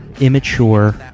Immature